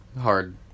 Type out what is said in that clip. Hard